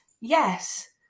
yes